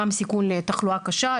גם סיכוי לתחלואה קשה,